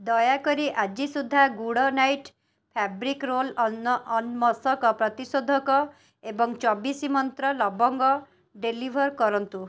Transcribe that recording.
ଦୟାକରି ଆଜି ସୁଦ୍ଧା ଗୁଡ଼୍ନାଇଟ୍ ଫ୍ୟାବ୍ରିକ୍ ରୋଲ୍ଅନ୍ ମଶକ ପ୍ରତିରୋଧକ ଏବଂ ଚବିଶ ମନ୍ତ୍ରର ଲବଙ୍ଗ ଡେଲିଭର୍ କରନ୍ତୁ